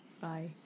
bye